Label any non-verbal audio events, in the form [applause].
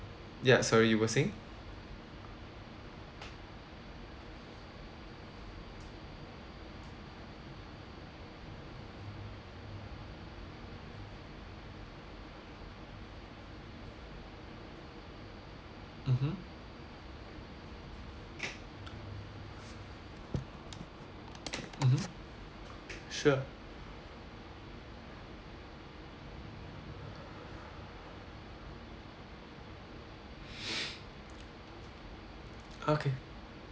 ya sorry you were saying mmhmm mmhmm sure [noise] okay